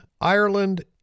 Ireland